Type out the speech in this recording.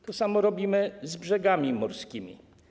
To samo robimy z brzegami morskimi.